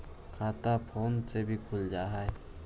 खाता फोन से भी खुल जाहै?